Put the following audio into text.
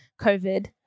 COVID